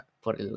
por